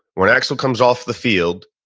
when axel comes off the field,